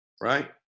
right